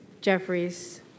Jeffries